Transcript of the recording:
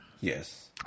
yes